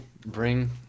bring